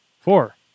four